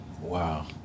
Wow